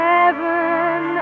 Heaven